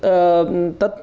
तत्